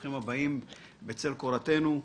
ברוכים הבאים בצל קורתנו.